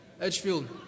Edgefield